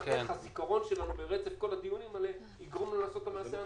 איך הזיכרון שלנו ברצף מכל הדיונים האלה יגרום לו לעשות את המעשה הנכון.